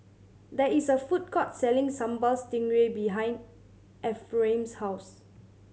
there is a food court selling Sambal Stingray behind Ephraim's house